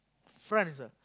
friends lah